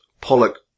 Pollock